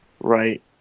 right